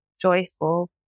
joyful